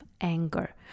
anger